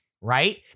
right